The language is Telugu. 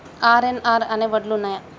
ఆర్.ఎన్.ఆర్ అనే వడ్లు ఉన్నయా?